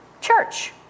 church